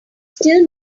still